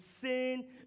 sin